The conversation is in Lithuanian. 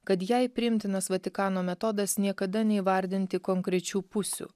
kad jai priimtinas vatikano metodas niekada neįvardinti konkrečių pusių